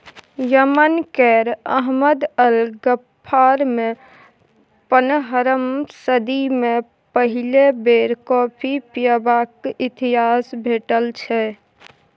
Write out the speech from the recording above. Yemen केर Ahmad al गफ्फारमे पनरहम सदी मे पहिल बेर कॉफी पीबाक इतिहास भेटै छै